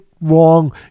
wrong